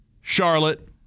Charlotte